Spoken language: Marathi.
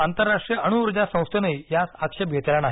आंतरराष्ट्रीय अणु उर्जा संस्थेनंही यास आक्षेप घेतलेला नाही